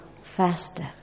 faster